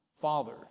Father